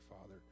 Father